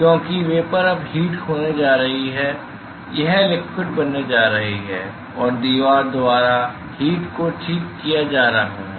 क्योंकि वेपर अब हीट खोने जा रही है यह लिक्विड बनने जा रही है और दीवार द्वारा हीट को ठीक किया जा रहा है